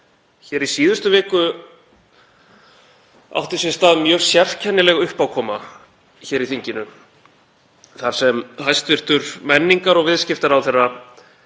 Hér í síðustu viku átti sér stað mjög sérkennileg uppákoma í þinginu þar sem hæstv. menningar- og viðskiptaráðherra